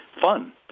fun